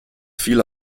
fiel